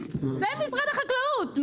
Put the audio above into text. זה משרד החקלאות,